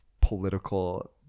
political